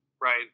right